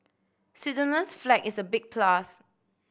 Switzerland's flag is a big plus